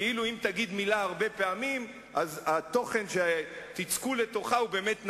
כאילו אם תגידו מלה הרבה פעמים אז התוכן שתיצקו לתוכה הוא באמת נכון.